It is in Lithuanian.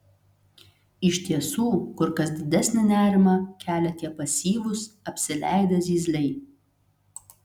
iš tiesų kur kas didesnį nerimą kelia tie pasyvūs apsileidę zyzliai